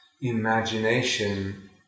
imagination